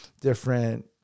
different